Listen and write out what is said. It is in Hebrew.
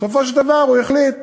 בסופו של דבר, הוא החליט